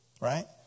right